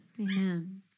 Amen